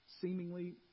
seemingly